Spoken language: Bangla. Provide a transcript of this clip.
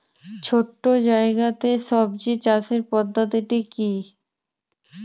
ছোট্ট জায়গাতে সবজি চাষের পদ্ধতিটি কী?